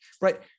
right